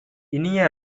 இனிய